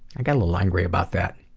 i get a little angry about that.